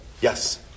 Yes